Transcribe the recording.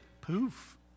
poof